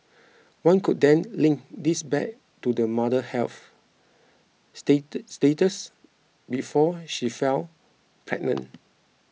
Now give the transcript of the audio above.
one could then link this back to the mother's health state status before she fell pregnant